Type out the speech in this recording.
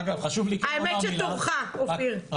האמת שתורך אופיר,